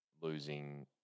losing